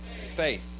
faith